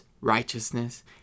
righteousness